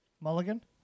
Mulligan